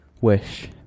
Wish